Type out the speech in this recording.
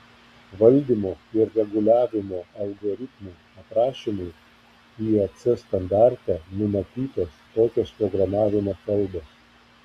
valdymo ir reguliavimo algoritmų aprašymui iec standarte numatytos tokios programavimo kalbos